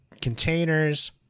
containers